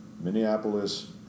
Minneapolis